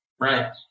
right